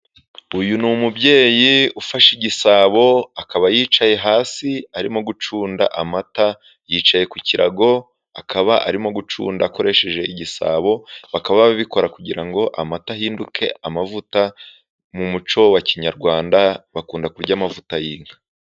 Uyu ni umubyeyi ufashe igisabo akaba yicaye hasi arimo gucunda amata, yicaye ku kirago akaba arimo gucunda akoresheje igisabo, bakaba babikora kugira ngo amata ahinduke amavuta, mu muco wa kinyarwanda bakunda kurya amavuta y'inka.